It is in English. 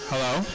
Hello